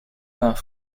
vins